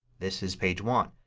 this is page one.